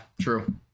true